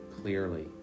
clearly